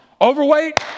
Overweight